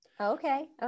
Okay